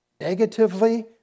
negatively